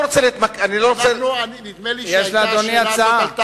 אני לא רוצה, יש לאדוני הצעה.